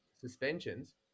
suspensions